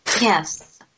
Yes